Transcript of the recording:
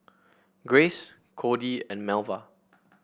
Grace Codey and Melva